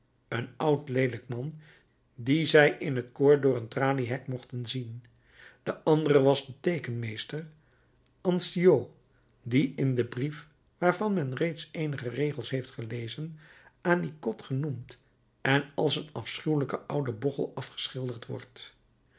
een oud leelijk man dien zij in het koor door een traliehek mochten zien de andere was de teekenmeester ansiaux die in den brief waarvan men reeds eenige regels heeft gelezen anciot genoemd en als een afschuwelijken ouden bochel afgeschilderd wordt